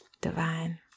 divine